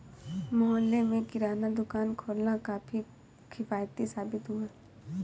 मोहल्ले में किराना दुकान खोलना काफी किफ़ायती साबित हुआ